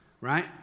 right